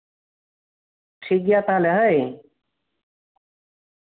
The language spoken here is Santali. ᱴᱷᱤᱠ ᱜᱮᱭᱟ ᱛᱟᱞᱦᱮ ᱦᱳᱭ